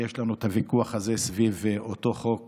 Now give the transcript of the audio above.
ויש לנו את הוויכוח הזה סביב אותו חוק